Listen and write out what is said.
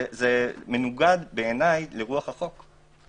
זה מנוגד בעיניי לרוח החוק.